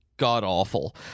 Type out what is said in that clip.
god-awful